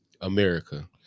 America